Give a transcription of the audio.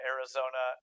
Arizona